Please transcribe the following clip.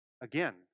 again